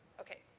okay.